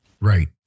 Right